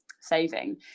saving